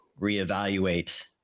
reevaluate